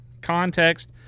context